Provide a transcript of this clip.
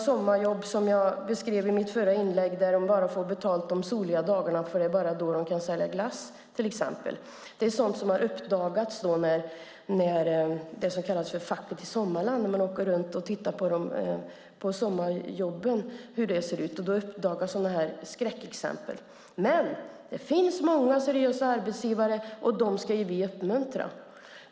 Som jag beskrev i mitt förra inlägg får ungdomar betalt bara de soliga dagarna därför att det bara är då de kan sälja glass, till exempel. Det är sådana skräckexempel som uppdagats när det som kallas för facket i sommarland åkt runt och tittat på hur det ser ut på sommarjobben. Men det finns många seriösa arbetsgivare och dem ska vi uppmuntra.